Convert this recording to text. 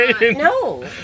No